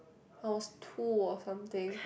I was two or something